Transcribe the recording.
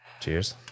Cheers